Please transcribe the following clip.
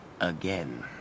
again